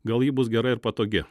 gal ji bus gera ir patogi